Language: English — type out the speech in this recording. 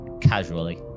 casually